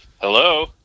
Hello